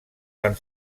van